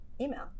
email